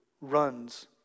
runs